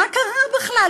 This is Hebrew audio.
מה קרה בכלל?